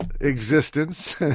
existence